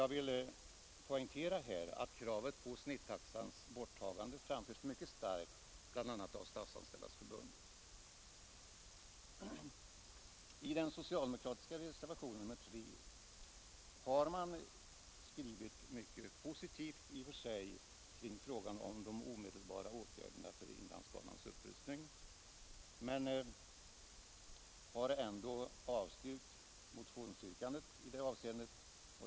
Jag vill poängtera att kravet på snittaxans borttagande framförs mycket starkt bl.a. av Statsanställdas förbund. I den socialdemokratiska reservationen nr 3 har man skrivit mycket positivt i och för sig kring frågan om de omedelbara åtgärderna för inlandsbanans upprustning men har ändå avstyrkt motionsyrkandet i det avseendet.